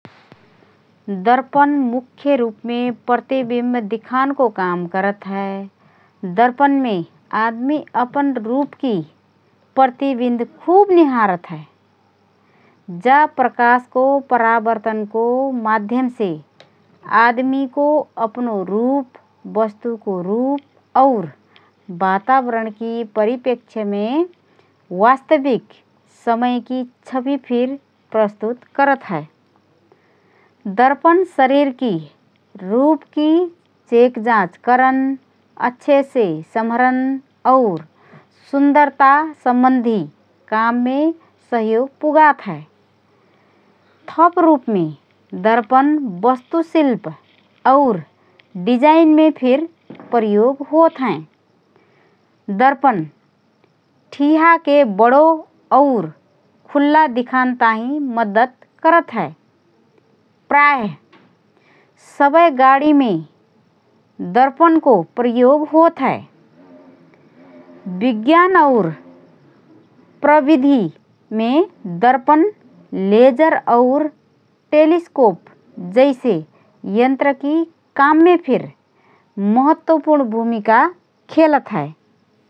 दर्पन मुख्य रूपमे प्रतिबिम्ब दिखानको काम करत हए । दर्पनमे आदमी अपन रूपकी प्रतिविम्ब खुब निहारत हएँ । जा प्रकाशको परावर्तनको माध्यमसे आदमीको अपनो रूप, वस्तुको रूप और वातावरणकी परिपेक्ष्यमे वास्तविक समयकी छवि फिर प्रस्तुत करत हए । दर्पन शरीरकी रूपकी चेक जाँच करन, अच्छेसे सम्हरन और सुन्दरता सम्बन्धी काममे सहयोग पुगात हए । थप रूपमे दर्पन वास्तुशिल्प और डिजाइनमे फिर प्रयोग होतहएँ । दर्पन ठिहाके बडो और खुल्ला दिखान ताहिँ मद्दत करत हए । प्राय: सबए गाडीनमे दर्पन्को प्रयोग होत हए । विज्ञान और प्रविधीमे दर्पन लेजर और टेलिस्कोप जैसे यन्त्रकी काममे फिर महत्त्वपूर्ण भूमिका खेलत हए ।